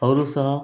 ಅವರು ಸಹ